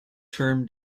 term